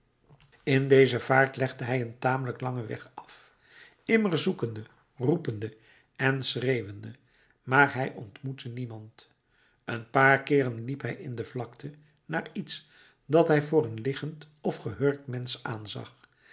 in deze vaart legde hij een tamelijk langen weg af immer zoekende roepende en schreeuwende maar hij ontmoette niemand een paar keeren liep hij in de vlakte naar iets dat hij voor een liggend of gehurkt mensch aanzag